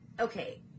Okay